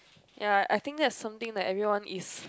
ya I think that's like something everyone is